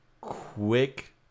quick